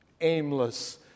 aimless